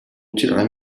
tirar